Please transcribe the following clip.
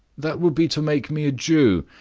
that would be to make me a jew.